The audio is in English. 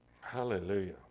Hallelujah